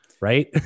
right